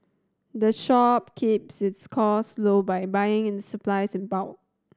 the shop keeps its cost low by buying its supplies in bulk